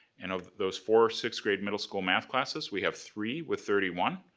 and of those four sixth grade middle school math classes, we have three with thirty one,